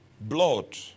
blood